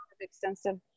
extensive